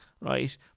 right